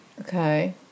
Okay